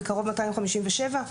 בקרוב 257,